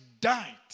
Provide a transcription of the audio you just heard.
died